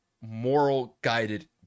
moral-guided